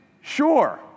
Sure